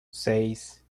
seis